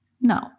No